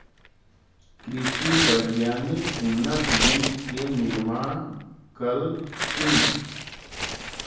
कृषि वैज्ञानिक उन्नत बीज के निर्माण कलथिन